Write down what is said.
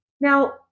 Now